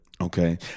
okay